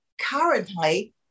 currently